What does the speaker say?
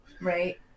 right